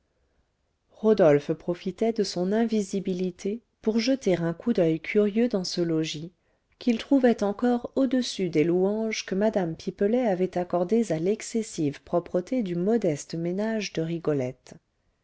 rodolphe profitait de son invisibilité pour jeter un coup d'oeil curieux dans ce logis qu'il trouvait encore au-dessus des louanges que mme pipelet avait accordées à l'excessive propreté du modeste ménage de rigolette